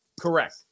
correct